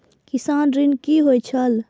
किसान ऋण की होय छल?